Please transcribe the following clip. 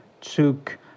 took